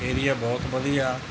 area ਬਹੁਤ ਵਧੀਆ